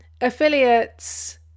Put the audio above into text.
affiliates